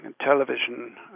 television